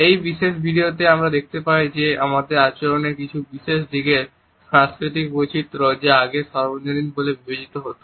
এই বিশেষ ভিডিওতে আমরা দেখতে পাচ্ছি যে আমাদের আচরণের কিছু বিশেষ দিকের সাংস্কৃতিক বৈচিত্র যা আগে সর্বজনীন বলে বিবেচিত হত